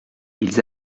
ils